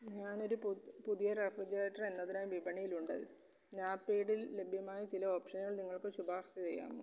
ഞാൻ ഒരു പു പുതിയ റെഫ്രിജറേറ്റർ എന്നതിനായി വിപണിയിലുണ്ട് സ്നാപ്ഡീലിൽ ലഭ്യമായ ചില ഓപ്ഷനുകൾ നിങ്ങൾക്ക് ശുപാർശ ചെയ്യാമോ